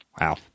Wow